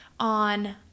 on